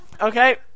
Okay